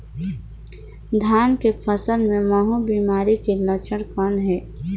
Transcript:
धान के फसल मे महू बिमारी के लक्षण कौन हे?